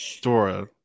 dora